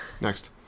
Next